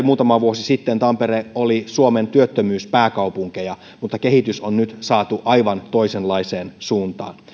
muutama vuosi sitten tampere oli suomen työttömyyspääkaupunkeja mutta kehitys on nyt saatu aivan toisenlaiseen suuntaan